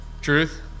truth